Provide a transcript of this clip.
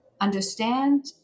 understand